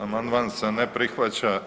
Amandman se ne prihvaća.